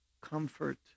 comfort